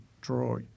draw